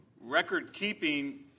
record-keeping